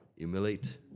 emulate